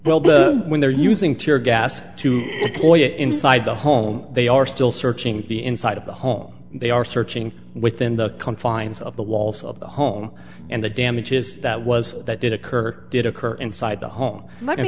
well when they're using tear gas to get inside the home they are still searching the inside of the home and they are searching within the confines of the walls of the home and the damages that was that did occur did occur inside the